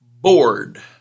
bored